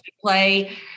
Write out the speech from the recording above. play